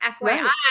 FYI